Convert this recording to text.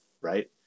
right